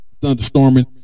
thunderstorming